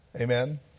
Amen